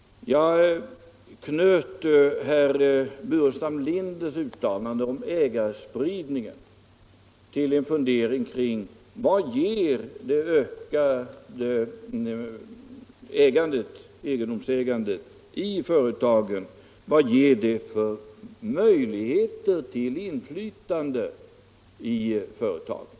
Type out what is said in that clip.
Jag anknöt herr Burenstam Linders uttalande om ägarspridningen till en fundering kring frågan: Vad ger det ökade egendomsägandet i företagen för möjligheter till inflytande i företagen?